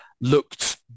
looked